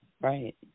Right